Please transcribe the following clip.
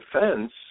defense